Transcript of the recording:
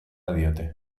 diote